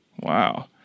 Wow